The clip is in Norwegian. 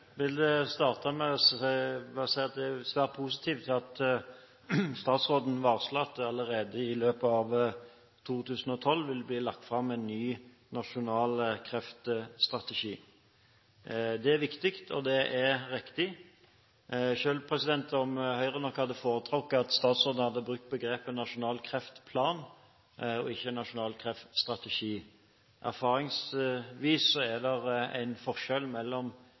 svært positivt at statsråden varslet at det allerede i løpet av 2012 vil bli lagt fram en ny nasjonal kreftstrategi. Det er viktig, og det er riktig, selv om Høyre nok hadde foretrukket at statsråden hadde brukt begrepet «nasjonal kreftplan» og ikke «nasjonal kreftstrategi». Erfaringsvis er det en forskjell